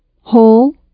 whole